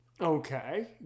Okay